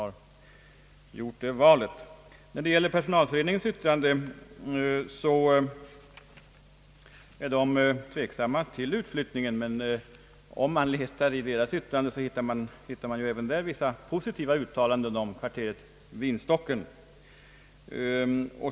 riksdagens lokalbehov Personalföreningen ställer sig visserligen tveksam till utflyttningen, men om man letar i dess yttrande hittar man även där vissa positiva uttalanden om kvarteret Vinstocken.